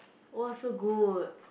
!wah! so good